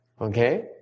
Okay